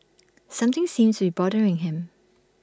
something seems to be bothering him